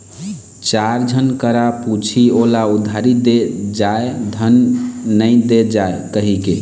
चार झन करा पुछही ओला उधारी दे जाय धन नइ दे जाय कहिके